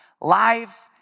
life